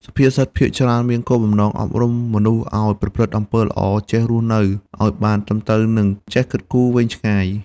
សុភាសិតភាគច្រើនមានគោលបំណងអប់រំមនុស្សឱ្យប្រព្រឹត្តអំពើល្អ ចេះរស់នៅឲ្យបានត្រឹមត្រូវ និងចេះគិតគូរវែងឆ្ងាយ។